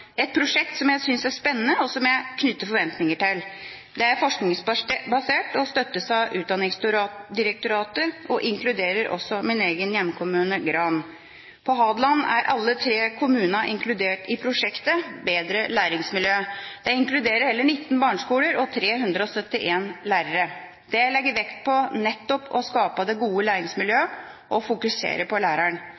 et prosjekt som jeg syns er spennende, og som jeg knytter forventninger til. Det er forskningsbasert og støttes av Utdanningsdirektoratet og inkluderer også min egen hjemkommune, Gran. På Hadeland er alle de tre kommunene inkludert i prosjektet Bedre læringsmiljø. Det inkluderer hele 19 barneskoler og 371 lærere. Prosjektet legger vekt på nettopp det å skape det gode